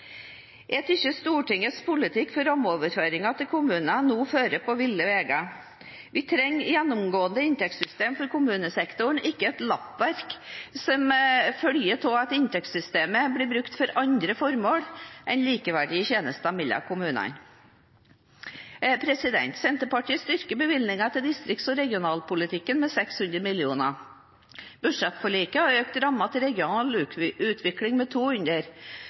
kommunesektoren, ikke et lappverk som følger av at inntektssystemet blir brukt til andre formål enn likeverdige tjenester mellom kommunene. Senterpartiet styrker bevilgningene til distrikts- og regionalpolitikken med 600 mill. kr. Budsjettforliket har økt rammen til regionale utviklingsmidler med 200 mill. kr. Problemet er at halvparten av dette tas fra fylkeskommunenes ramme. Pengene tas fra fylkene og gis til fylkene. Dette er i tråd med